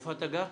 איפה אתה גר?